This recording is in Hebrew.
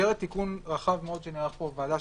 במסגרת תיקון רחב מאוד שנערך פה בוועדה,